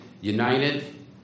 United